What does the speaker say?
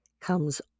comes